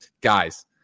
guys